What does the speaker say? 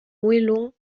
moellons